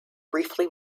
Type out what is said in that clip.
briefly